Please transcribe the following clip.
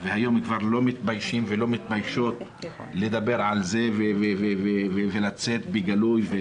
והיום כבר לא מתביישים ולא מתביישות לדבר על זה ולצאת בגלוי.